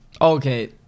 Okay